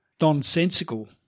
Nonsensical